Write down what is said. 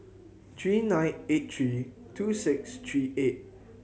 three nine eight three two six three eight